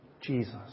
Jesus